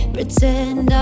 Pretend